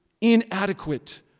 inadequate